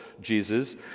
Jesus